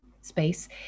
space